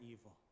evil